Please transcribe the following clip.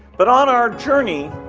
but on our journey,